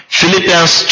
philippians